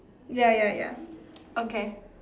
ya ya ya okay